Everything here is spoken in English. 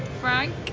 Frank